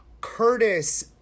Curtis